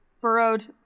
Furrowed